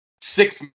Six